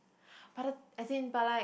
but the as in but like